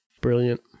Brilliant